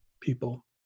people